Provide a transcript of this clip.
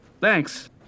Thanks